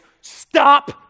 stop